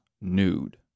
nude